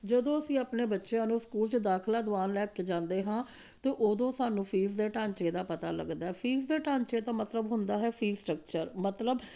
ਜਦੋਂ ਅਸੀਂ ਆਪਣੇ ਬੱਚਿਆਂ ਨੂੰ ਸਕੂਲ 'ਚ ਦਾਖਲਾ ਦਿਵਾਉਣ ਲੈ ਕੇ ਜਾਂਦੇ ਹਾਂ ਤਾਂ ਉਦੋਂ ਸਾਨੂੰ ਫੀਸ ਦੇ ਢਾਂਚੇ ਦਾ ਪਤਾ ਲੱਗਦਾ ਫੀਸ ਦੇ ਢਾਂਚੇ ਦਾ ਮਤਲਬ ਹੁੰਦਾ ਹੈ ਫੀਸ ਸਟੱਕਚਰ ਮਤਲਬ